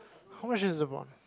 how much is it about